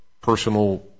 personal